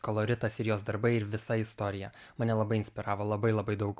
koloritas ir jos darbai ir visa istorija mane labai inspiravo labai labai daug